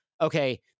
okay